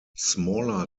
smaller